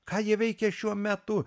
ką jie veikia šiuo metu